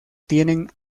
tienen